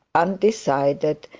undecided,